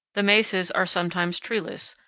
the mesas are sometimes treeless,